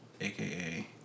AKA